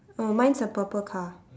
oh mine's a purple car